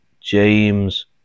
James